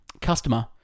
Customer